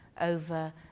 over